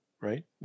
right